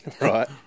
right